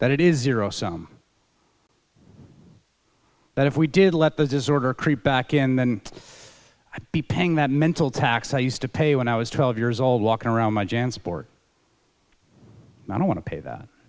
that it is zero sum that if we did let the disorder creep back in then i'd be paying that mental tax i used to pay when i was twelve years old walking around my jan support i don't want to pay that